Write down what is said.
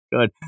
good